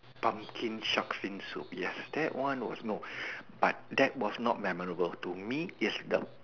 pumpkin shark fin soup yes that one was no but that was not memorable to me that is the